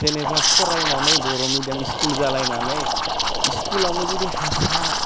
जेनेबा फरायनानै बर' मिडियाम स्कुल जालायनानै स्कुलावनो जुदि हासा